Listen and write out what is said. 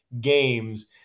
games